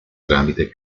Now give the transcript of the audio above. tramite